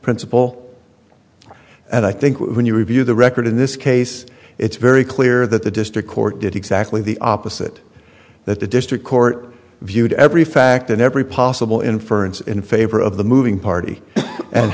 principle and i think when you review the record in this case it's very clear that the district court did exactly the opposite that the district court viewed every fact in every possible inference in favor of the moving party and